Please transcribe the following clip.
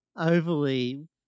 overly